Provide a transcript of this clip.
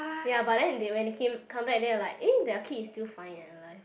ya but then when they came come back then I'm like eh their kid is still fine and alive